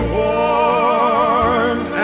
warm